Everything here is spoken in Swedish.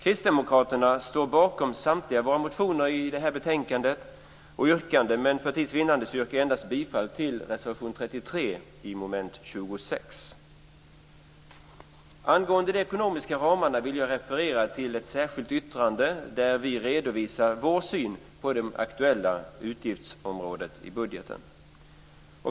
Kristdemokraterna står bakom samtliga våra motioner och yrkanden i det här betänkandet, men för tids vinnande yrkar jag bifall endast till reservation Angående de ekonomiska ramarna vill jag referera till ett särskilt yttrande där vi redovisar vår syn på det aktuella utgiftsområdet i budgeten.